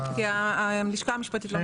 אין